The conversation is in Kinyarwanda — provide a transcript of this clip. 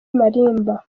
malimba